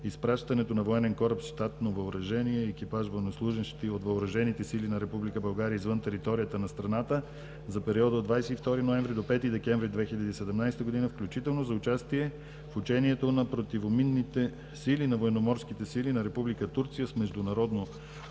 изпращането на военен кораб с щатно въоръжение и екипаж военнослужещи от Въоръжените сили на Република България извън територията на страната за периода от 22 ноември до 5 декември 2017 г. включително за участие в учението на противоминните сили на военноморските сили на Република Турция с международно